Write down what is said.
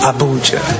Abuja